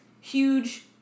huge